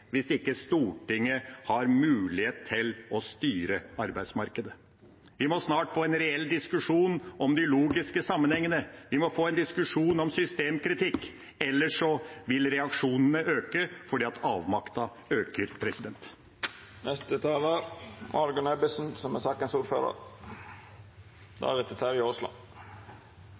hvis ikke Stortinget har mulighet til å styre arbeidsmarkedet. Vi må snart få en reell diskusjon om de logiske sammenhengene. Vi må få en diskusjon om systemkritikk, ellers vil reaksjonene øke, fordi avmakta øker. Vi begynner å nærme oss slutten på debatten, og jeg ønsker å takke alle som